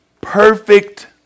perfect